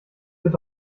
wird